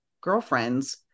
girlfriends